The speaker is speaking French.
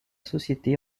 société